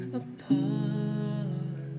apart